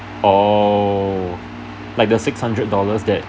oh like the six hundred dollars that